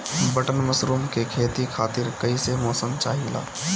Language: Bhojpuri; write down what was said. बटन मशरूम के खेती खातिर कईसे मौसम चाहिला?